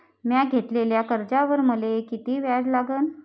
म्या घेतलेल्या कर्जावर मले किती व्याज लागन?